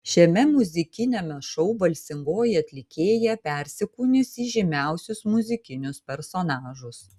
šiame muzikiniame šou balsingoji atlikėja persikūnys į žymiausius muzikinius personažus